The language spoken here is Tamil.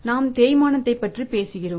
நாம் தேய்மானத்தைப் பற்றி பேசுகிறோம்